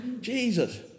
Jesus